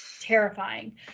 terrifying